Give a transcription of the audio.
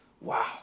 wow